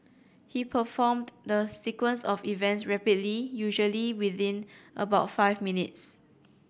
he performed the sequence of events rapidly usually within about five minutes